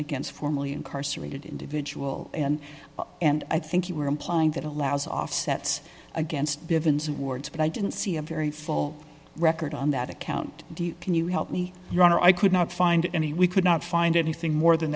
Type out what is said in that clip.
against formerly incarcerated individual and and i think you were implying that allows offsets against bivins awards but i didn't see a very full record on that account can you help me your honor i could not find any we could not find anything more than